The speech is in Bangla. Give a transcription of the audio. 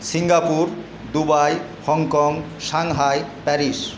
Singapore Dubai Hong Kong Shanghai Paris